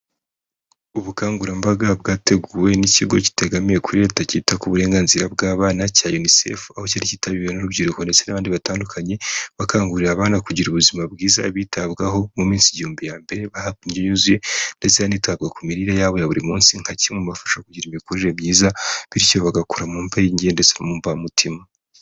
Ubukangurambaga bwateguwe n'ikigo kitegamiye kuri Leta cyita ku burenganzira bw'abana cya UNICEF, aho cyari cyitabiriwe n'urubyiruko ndetse n'abandi batandukanye, bakangurira abana kugira ubuzima bwiza bitabwaho mu minsi igihumbi ya mbere baha indyo yuzuye, ndetse hitabwa ku mirire yabo ya buri munsi nka kimwe mu kibafasha kugira imikurire myiza, bityo bagakura mu bwenge ndetse no mu mvamutima.